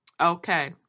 Okay